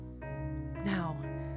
Now